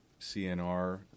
CNR